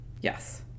Yes